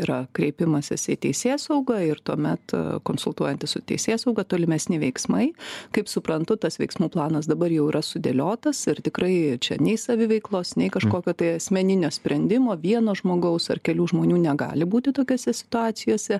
yra kreipimasis į teisėsaugą ir tuomet konsultuojantis su teisėsauga tolimesni veiksmai kaip suprantu tas veiksmų planas dabar jau yra sudėliotas ir tikrai čia nei saviveiklos nei kažkokio tai asmeninio sprendimo vieno žmogaus ar kelių žmonių negali būti tokiose situacijose